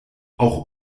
auch